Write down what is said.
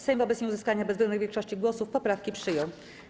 Sejm wobec nieuzyskania bezwzględnej większości głosów poprawki przyjął.